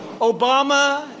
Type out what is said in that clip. Obama